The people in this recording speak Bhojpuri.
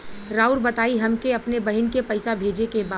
राउर बताई हमके अपने बहिन के पैसा भेजे के बा?